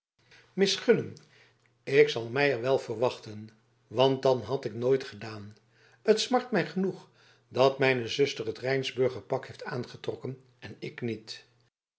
misgunnen ik zal er mij wel voor wachten want dan had ik nooit gedaan het smart mij genoeg dat mijne zuster het rijnsburger pak heeft aangetrokken en ik niet